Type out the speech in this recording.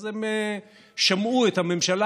אז הם שמעו את הממשלה,